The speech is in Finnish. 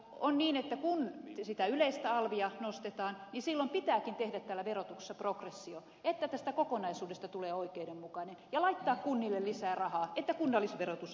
on niin että kun sitä yleistä alvia nostetaan niin silloin pitääkin tehdä täällä verotuksessa progressio että tästä kokonaisuudesta tulee oikeudenmukainen ja laittaa kunnille lisää rahaa että kunnallisverotus ei nouse